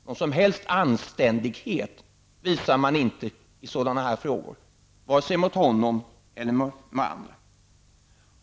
Någon som helst anständighet visar man inte i sådana här frågor, varken mot honom eller mot andra.